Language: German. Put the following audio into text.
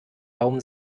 baum